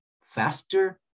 faster